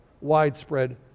widespread